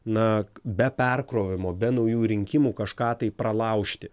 na be perkrovimo be naujų rinkimų kažką tai pralaužti